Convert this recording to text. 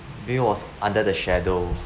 he was under the shadow